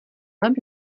velmi